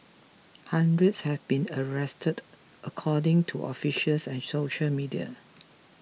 hundreds have been arrested according to officials and social media